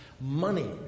money